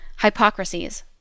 hypocrisies